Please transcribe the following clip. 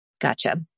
Gotcha